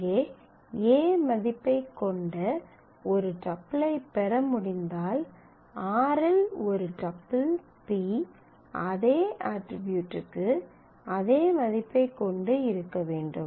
அங்கே a மதிப்பைக் கொண்ட ஒரு டப்பிள் t ஐப் பெற முடிந்தால் r இல் ஒரு டப்பிள் p அதே அட்ரிபியூட்க்கு அதே மதிப்பைக் கொண்டு இருக்க வேண்டும்